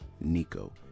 Nico